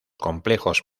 complejos